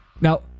Now